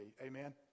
Amen